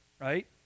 Right